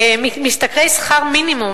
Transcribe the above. משתכרי שכר מינימום,